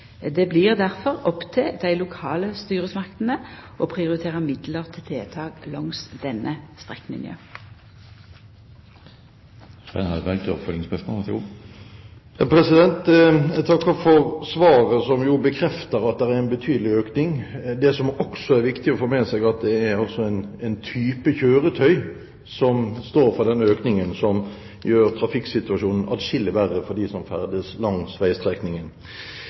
Det blir difor opp til dei lokale styresmaktene å prioritera midlar til tiltak langs denne strekninga. Jeg takker for svaret, som jo bekrefter at det er en betydelig økning. Det er også viktig å få med seg at den type kjøretøy som står for denne økningen, gjør trafikksituasjonen atskillig verre for dem som ferdes langs veistrekningen.